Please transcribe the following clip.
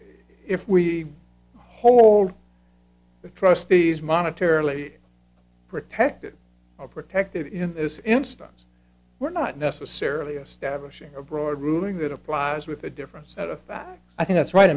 if we hold the trustees monetarily protected well protected in this instance we're not necessarily establishing a broad ruling that applies with a different set of facts i think that's right